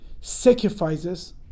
sacrifices